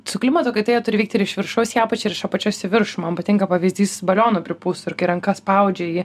su klimato kaita jie turi vykti iš viršaus į apačią ir iš apačios į viršų man patinka pavyzdys balioną pripūst ir kai ranka spaudžia jį